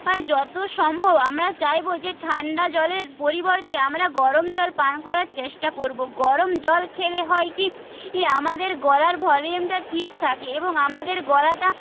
হয় যতো সম্ভব আমরা চাইবো যে ঠান্ডা জলের পরিবর্তে আমরা গরম জল পান করার চেষ্টা করবো গরম জল খেলে হয় কী ই আমাদের গলার ভলিউমটা ঠিক থাকে এবং আমাদের গলাটা